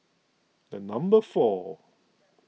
number four